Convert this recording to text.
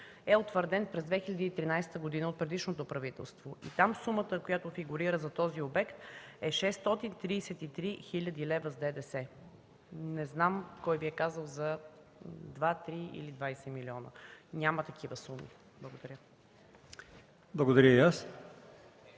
е утвърден през 2013 г. от предишното правителство и там сумата, която фигурира за този обект, е 633 хил. лв. с ДДС. Не знам кой Ви е казал за 2, 3 или 20 милиона. Няма такива суми. Благодаря. ПРЕДСЕДАТЕЛ